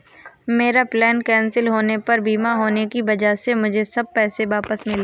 मेरा plane cancel होने पर बीमा होने की वजह से मुझे सब पैसे वापस मिले